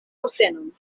postenon